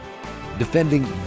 Defending